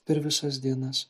per visas dienas